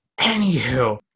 Anywho